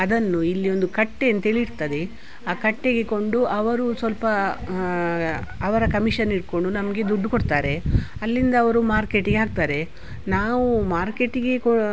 ಅದನ್ನು ಇಲ್ಲಿ ಒಂದು ಕಟ್ಟೆ ಅಂತೇಳಿರ್ತದೆ ಆ ಕಟ್ಟೆಗೆ ಕೊಂಡು ಅವರು ಸ್ವಲ್ಪ ಅವರ ಕಮಿಷನ್ ಇಟ್ಟುಕೊಂಡು ನಮಗೆ ದುಡ್ಡು ಕೊಡ್ತಾರೆ ಅಲ್ಲಿಂದ ಅವರು ಮಾರ್ಕೆಟಿಗೆ ಹಾಕ್ತಾರೆ ನಾವು ಮಾರ್ಕೆಟಿಗೆ ಕೊ